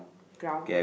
ground